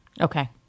Okay